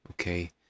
Okay